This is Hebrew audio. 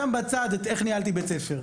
היא שאני שם בצד את איך ניהלתי בית ספר.